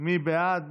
מי בעד?